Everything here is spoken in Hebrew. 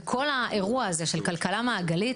כל האירוע הזה של כלכלה מעגלית,